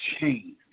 change